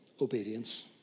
obedience